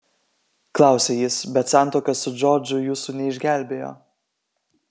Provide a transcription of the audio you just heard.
klausia jis bet santuoka su džordžu jūsų neišgelbėjo